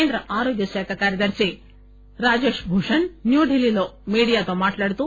కేంద్ర ఆరోగ్య శాఖ కార్యదర్శి రాజేష్ భూషణ్ న్యూఢిల్లీలో మీడియాతో మాట్లాడుతూ